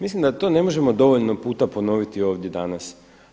Mislim da to ne možemo dovoljno puta ponoviti ovdje danas.